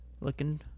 looking